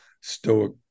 stoic